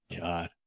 God